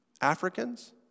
Africans